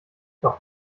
doch